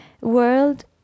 world